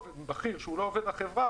בכיר שהוא לא עובד בחברה,